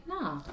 No